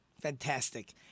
Fantastic